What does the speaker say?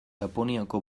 japoniako